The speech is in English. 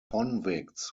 convicts